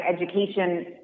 education